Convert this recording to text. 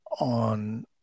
on